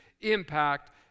impact